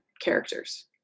characters